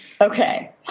Okay